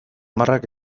marrak